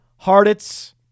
Harditz